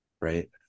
right